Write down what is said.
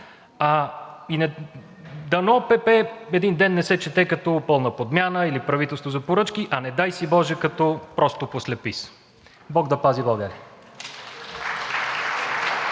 дано ПП един ден не се чете като „Пълна подмяна“ или „Правителство за поръчки“, а не дай си боже, като просто „Послепис“. Бог да пази България!